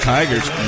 Tigers